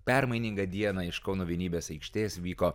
permainingą dieną iš kauno vienybės aikštės vyko